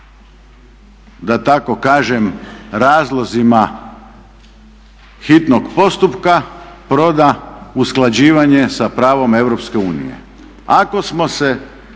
da tako kažem razlozima hitnog postupka proda usklađivanje sa pravom Europske